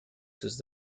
sus